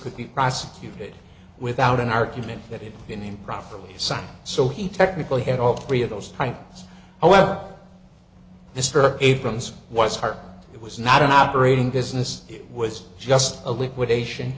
could be prosecuted without an argument that it's been improperly site so he technically had all three of those titles however mr abrams was hurt it was not an operating business it was just a liquidation